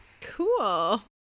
Cool